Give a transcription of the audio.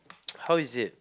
how is it